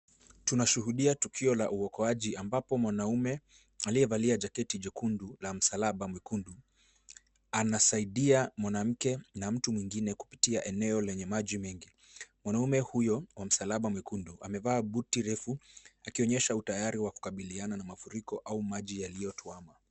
Tunashuhudia tukio la uokoji ambapo mwanaume aliyevalia jaketi jekundu la msalaba mwekundu anasaidia mwanamke na mtu mwingine kupitia eneo lenye maji mengi. Mwanaume huyo wa msalaba mwekundu amevaa buti refu akionyesha utayari wa kukabiliana na mafuriko au maji yaliyotuama.